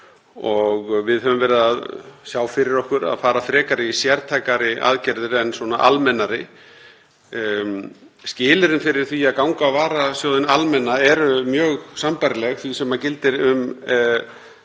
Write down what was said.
Við höfum verið að sjá fyrir okkur að fara frekar í sértækari aðgerðir en almennari. Skilyrðin fyrir því að ganga á varasjóðinn almenna eru mjög sambærileg því sem gildir um